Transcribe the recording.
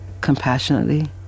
compassionately